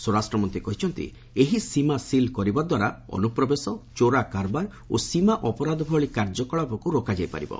ସ୍ୱରାଷ୍ଟ୍ରମନ୍ତ୍ରୀ କହିଛନ୍ତି ଏହି ସୀମା ସିଲ୍ କରିବା ଦ୍ୱାରା ଅନୁପ୍ରବେଶ ଚୋରା କାରବାର ଏବଂ ସୀମା ଅପରାଧ ଭଳି କାର୍ଯ୍ୟକଳାପକୁ ରୋକାଯାଇ ପାରିବ